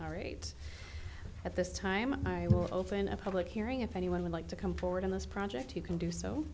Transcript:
rates at this time i will open a public hearing if anyone would like to come forward on this project you can do so